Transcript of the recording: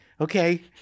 okay